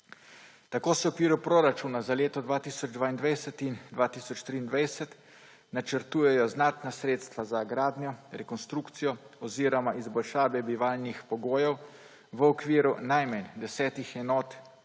Tako se v okviru proračuna za leto 2022 in 2023 načrtujejo znatna sredstva za gradnjo, rekonstrukcijo oziroma izboljšave bivalnih pogojev v okviru najmanj desetih enot domov